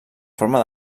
forma